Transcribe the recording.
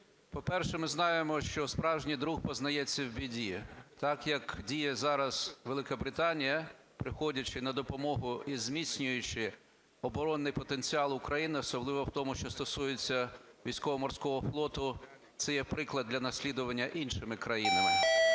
По-перше, ми знаємо, що справжній друг пізнається в біді. Так, як діє зараз Велика Британія, приходячи на допомогу і зміцнюючи оборонний потенціал України особливо в тому, що стосується Військово-Морського флоту, це є приклад для наслідування іншими країнами.